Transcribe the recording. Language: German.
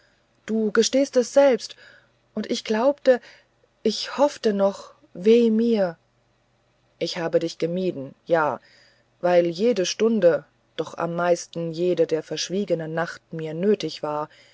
du gestehst es selbst und ich glaubte ich hoffte noch weh mir ich habe dich gemieden ja weil jede stunde doch am meisten jede der verschwiegenen nacht mir nötig war